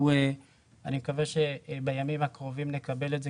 אני מקווה שבימים הקרובים נקבל את זה